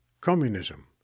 communism